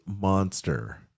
monster